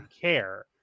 care